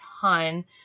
ton